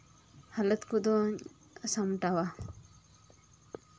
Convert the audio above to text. ᱦᱟᱞᱚᱛ ᱠᱚᱫᱚᱧ ᱥᱟᱢᱴᱟᱣᱟ